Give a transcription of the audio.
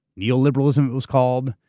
neoliberalism it was called,